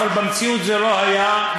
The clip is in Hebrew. במציאות לא היה,